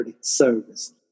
service